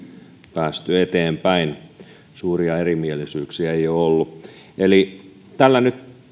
päästy eteenpäin suuria erimielisyyksiä ei ole ollut eli perusrakenteeltaan tällä nyt